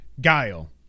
Guile